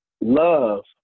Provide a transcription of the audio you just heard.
love